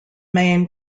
main